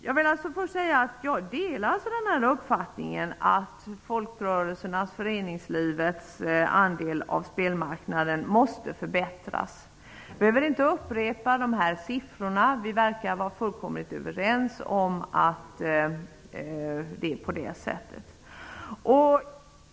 Jag vill först säga att jag delar uppfattningen att folkrörelsernas, föreningslivets, andel av spelmarknaden måste förbättras. Jag behöver inte upprepa siffrorna -- vi verkar vara fullkomligt överens om dem.